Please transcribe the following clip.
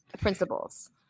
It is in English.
principles